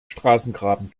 straßengraben